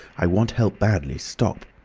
i want help badly. stop!